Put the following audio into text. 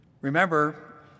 Remember